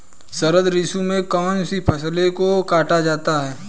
शरद ऋतु में कौन सी फसलों को काटा जाता है?